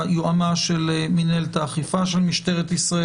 היועמ"ש של מינהלת האכיפה של משטרת ישראל.